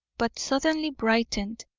but suddenly brightened,